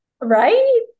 Right